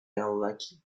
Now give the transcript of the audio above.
unlucky